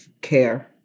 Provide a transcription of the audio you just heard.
care